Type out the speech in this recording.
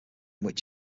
which